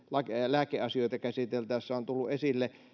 lääkeasioita käsiteltäessä on tullut esille